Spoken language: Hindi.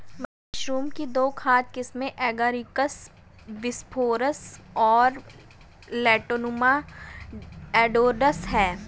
मशरूम की दो खाद्य किस्में एगारिकस बिस्पोरस और लेंटिनुला एडोडस है